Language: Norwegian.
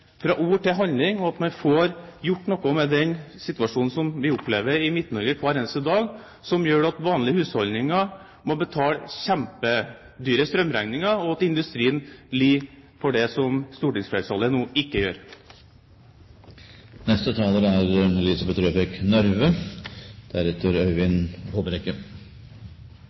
fra ord til handling, og at man får gjort noe med den situasjonen som vi opplever i Midt-Norge hver eneste dag, som gjør at vanlige husholdninger må betale kjempedyre strømregninger, og at industrien lider under det som stortingsflertallet ikke